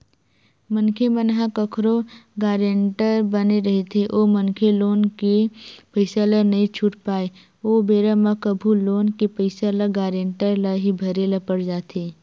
मनखे मन ह कखरो गारेंटर बने रहिथे ओ मनखे लोन के पइसा ल नइ छूट पाय ओ बेरा म कभू लोन के पइसा ल गारेंटर ल ही भरे ल पड़ जाथे